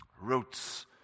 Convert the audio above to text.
Roots